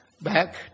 back